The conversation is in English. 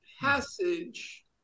passage